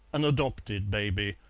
an adopted baby,